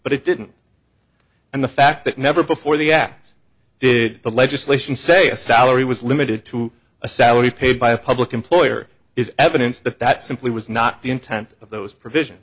but it didn't and the fact that never before the act did the legislation say a salary was limited to a salary paid by a public employer is evidence that that simply was not the intent of those provision